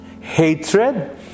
hatred